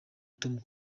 tom